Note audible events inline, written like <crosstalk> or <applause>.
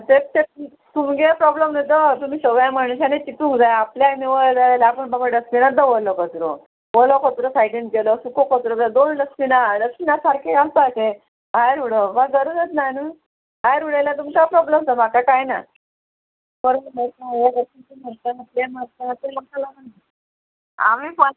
तें तें तुमगे प्रोब्लम न्हू तो तुमी सगळ्या मणशांनी चितूंक जाय आपल्यान निवळ जाय जाल्यार आपूण बाबा डस्टबिनान दवरलो कचरो वोलो कचरो सायडीन गेलो सुको कचरो जाल्यार दोन डस्टबिनां डस्टबिना सारके घालपाचें भायर उडोवपाक गरजच ना न्हू भायर उडयल्यार तुमकां प्रोब्लोम तो म्हाका कांय ना <unintelligible> ते म्हाका लागना